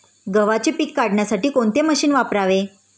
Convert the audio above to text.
गव्हाचे पीक काढण्यासाठी कोणते मशीन वापरावे?